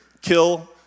kill